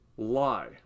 Lie